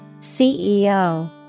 CEO